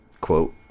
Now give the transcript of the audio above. quote